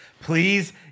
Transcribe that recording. Please